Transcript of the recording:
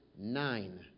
nine